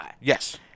Yes